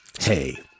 Hey